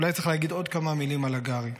אולי צריך להגיד עוד כמה מילים על הגרי.